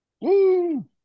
Woo